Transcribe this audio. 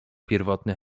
pierwotny